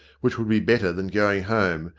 which would be better than going home,